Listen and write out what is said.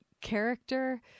character